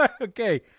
Okay